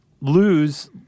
lose